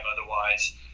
Otherwise